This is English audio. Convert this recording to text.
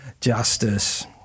justice